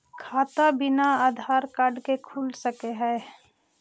खाता बिना आधार कार्ड के खुल सक है?